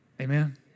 Amen